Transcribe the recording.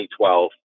2012